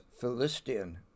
Philistine